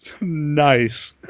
Nice